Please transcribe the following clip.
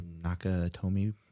Nakatomi